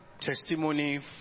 testimony